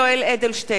אינו נוכח